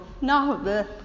no